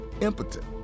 impotent